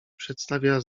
przedstawia